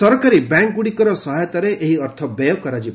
ସରକାରୀ ବ୍ୟାଙ୍କଗୁଡ଼ିକର ସହାୟତାରେ ଏହି ଅର୍ଥ ବ୍ୟୟ କରାଯିବ